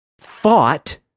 thought